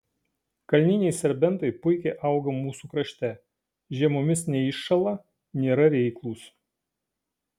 kalniniai serbentai puikiai auga mūsų krašte žiemomis neiššąla nėra reiklūs